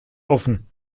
offen